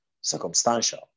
circumstantial